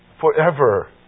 Forever